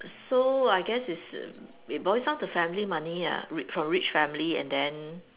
so I guess it's it boils down to family money ah from rich families and then